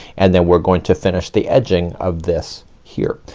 and then we're going to finish the edging of this here.